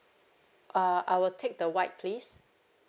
uh I will take the white please